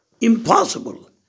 Impossible